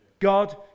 God